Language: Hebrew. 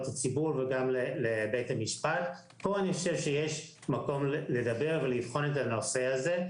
הציבור וגם לבית המשפט פה יש מקום לדבר ולבחון את הנושא הזה.